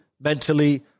mentally